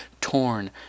torn